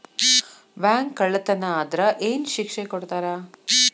Bank ಕಳ್ಳತನಾ ಆದ್ರ ಏನ್ ಶಿಕ್ಷೆ ಕೊಡ್ತಾರ?